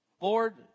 Lord